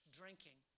drinking